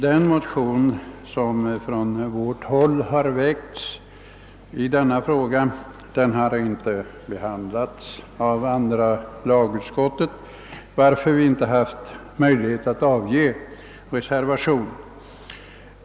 Den från vårt håll väckta motionen i denna fråga har inte behandlats av andra lagutskottet, varför vi inte haft möjlighet att avge någon reservation.